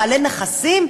בעלי נכסים?